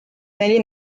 neli